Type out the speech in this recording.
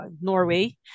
Norway